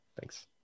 Thanks